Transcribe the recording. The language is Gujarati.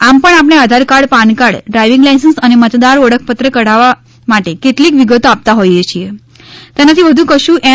આમપણ આપણે Aadhaar card PAN card driving licence અને મતદાર ઓળખ પત્ર કઢાવવા માટે કેટલીક વિગતો આપતા હોઈએ છીએ તેનાથી વધુ કશું એન